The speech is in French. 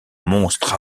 monstres